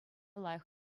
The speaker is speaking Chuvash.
лайӑх